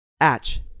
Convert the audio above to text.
Atch